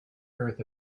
earth